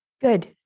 Good